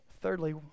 Thirdly